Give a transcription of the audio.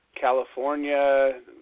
California